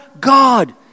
God